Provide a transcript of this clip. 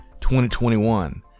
2021